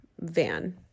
van